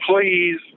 please